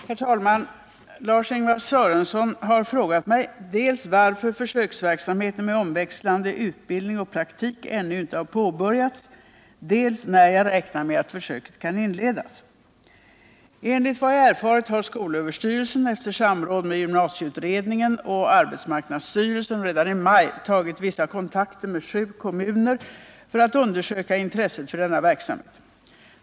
Herr talman! Lars-Ingvar Sörenson har frågat mig dels varför försöksverksamheten med omväxlande utbildning och praktik ännu inte har påbörjats, dels när jag räknar med att försöket kan inledas. Enligt vad jag erfarit har skolöverstyrelsen , efter samråd med gymnasieutredningen och arbetsmarknadsstyrelsen, redan i maj tagit vissa kontakter med sju kommuner för att undersöka intresset för denna verksamhet.